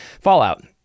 fallout